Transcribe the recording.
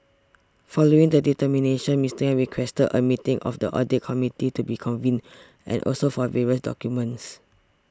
following the termination Mister Yang requested a meeting of the audit committee to be convened and also for various documents